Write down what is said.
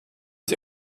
sie